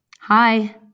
Hi